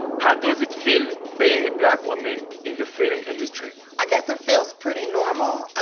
how does it feel being a black woman in the film industry? i guess it feels pretty normal,